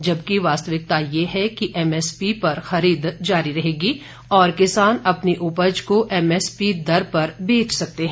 जबकि वास्तविक्ता यह है कि एमएसपी पर खरीद जारी रहेगी और किसान अपनी उपज को एमएसपी दर पर बेच सकते हैं